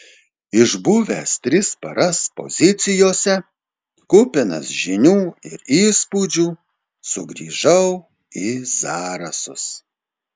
išbuvęs tris paras pozicijose kupinas žinių ir įspūdžių sugrįžau į zarasus